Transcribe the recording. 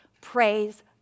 Praise